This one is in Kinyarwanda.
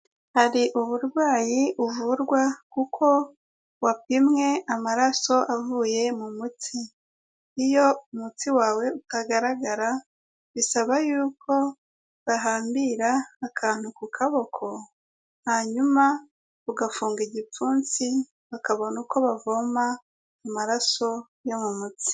Hari uburwayi uvurwa kuko wapimwe amaraso avuye mu mutsi, iyo umutsi wawe utagaragara bisaba yuko bahambira akantu ku kaboko, hanyuma ugafunga igipfunsi bakabona uko bavoma amaraso yo mu mutsi.